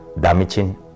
damaging